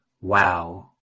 Wow